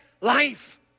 life